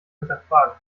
hinterfragen